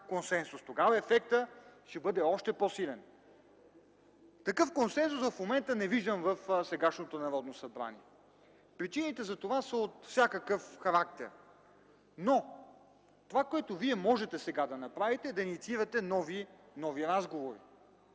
тогава ефектът ще бъде още по-силен. Такъв консенсус в момента не виждам в сегашното Народно събрание. Причините за това са от всякакъв характер, но това, което вие можете сега да направите, е да инициирате нови разговори